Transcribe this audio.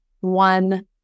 One